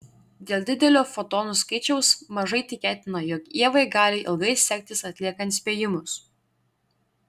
dėl didelio fotonų skaičiaus mažai tikėtina jog ievai gali ilgai sektis atliekant spėjimus